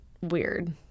weird